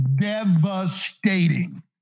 devastating